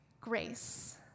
Grace